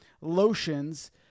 lotions